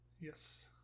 Yes